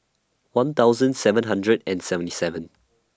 one thousand seven hundred and seventy seven